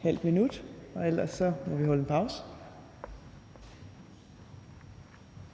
halvt minut, og ellers må vi holde en pause.